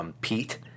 Pete